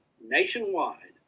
nationwide